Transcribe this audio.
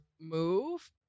move